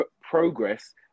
progress